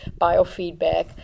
biofeedback